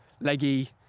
leggy